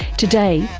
today,